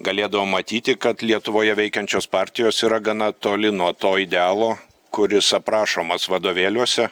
galėdavom matyti kad lietuvoje veikiančios partijos yra gana toli nuo to idealo kuris aprašomas vadovėliuose